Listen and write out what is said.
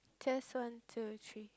test one two three